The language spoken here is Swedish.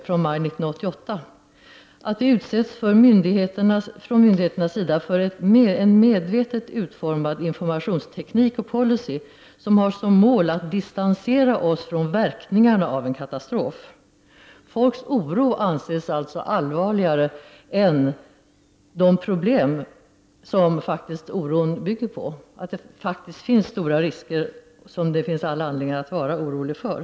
från maj 1988, att vi från myndigheternas sida utsätts för en medvetet utformad informationsteknik och policy som har som mål att distansera oss från verkningarna av en katastrof. Människors oro anses alltså allvarligare än de problem som oron grundar sig på, nämligen att det föreligger stora risker som det finns all anledning att vara orolig för.